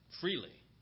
freely